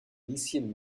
lieschen